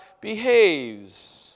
behaves